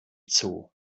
zoo